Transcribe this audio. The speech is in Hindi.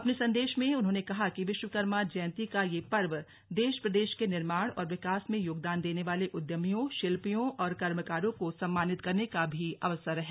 अपने संदेश में उन्होंने कहा कि विश्वकर्मा जयंती का यह पर्व देश प्रदेश के निर्माण और विकास में योगदान देने वाले उद्यमियों शिल्पियों और कर्मकारों को सम्मानित करने का भी अवसर है